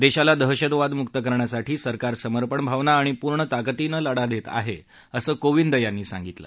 देशाला दहशतवाद मुक्त करण्यासाठी सरकार समर्पण भावना आणि पूर्ण ताकदीनं लढा देत आहे असं कोविंद यांनी सांगितलं